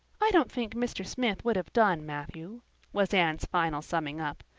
i don't think mr. smith would have done, matthew was anne's final summing up.